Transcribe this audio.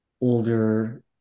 older